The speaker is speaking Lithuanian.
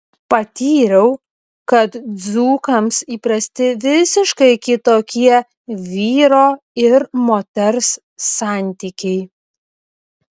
patyriau kad dzūkams įprasti visiškai kitokie vyro ir moters santykiai